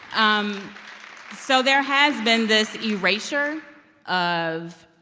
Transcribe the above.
um so there has been this erasure of,